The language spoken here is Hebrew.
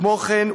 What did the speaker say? כמו כן,